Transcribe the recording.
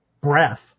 breath